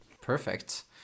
Perfect